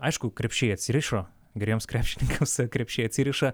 aišku krepšiai atsirišo geriems krepšininkams krepšiai atsiriša